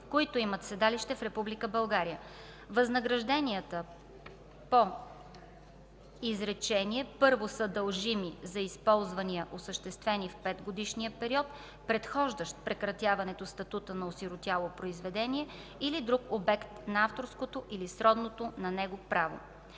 които имат седалище в Република България. Възнагражденията по изречение първо са дължими за използвания, осъществени в 5-годишния период, предхождащ прекратяването статута на осиротяло произведение или друг обект на авторско или сродно на него право.